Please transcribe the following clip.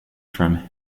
from